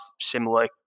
similar